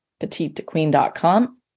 petitequeen.com